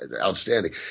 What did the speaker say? outstanding